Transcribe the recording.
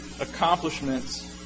accomplishments